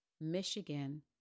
Michigan